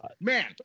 Man